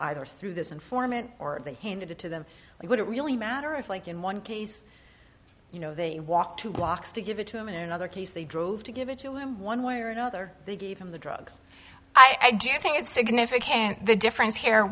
either through this informant or they handed it to them would it really matter if like in one case you know they walk two blocks to give it to him in another case they drove to give it to him one way or another they gave him the drugs i do think it's significant the difference here